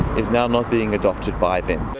is now not being adopted by them.